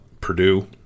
purdue